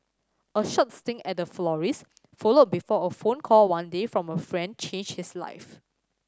a short stint at a florist's followed before a phone call one day from a friend changed his life